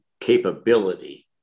capability